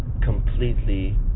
completely